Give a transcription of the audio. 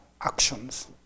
Actions